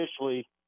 initially